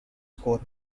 score